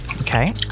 Okay